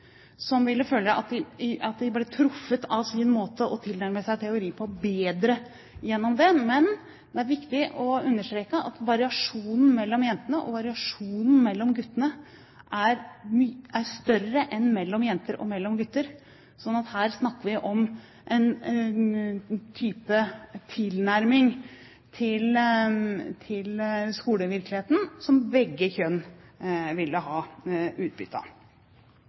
det ville være noen flere gutter som ville føle at de traff sin måte å tilnærme seg teori på bedre gjennom det, men det er viktig å understreke at variasjonen mellom jenter og variasjonen mellom gutter er større enn mellom jenter og gutter. Så her snakker vi om en type tilnærming til skolevirkeligheten som begge kjønn ville ha